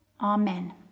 Amen